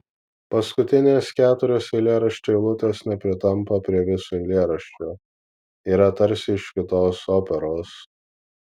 paskutinės keturios eilėraščio eilutės nepritampa prie viso eilėraščio yra tarsi iš kitos operos